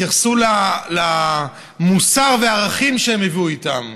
התייחסו למוסר ולערכים שהם הביאו איתם